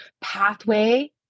pathway